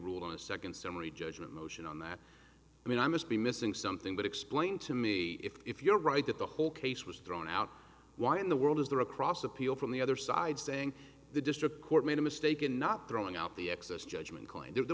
ruled on second summary judgment motion on that i mean i must be missing something but explain to me if you're right that the whole case was thrown out why in the world is there across appeal from the other side saying the district court made a mistake in not throwing out the excess judgment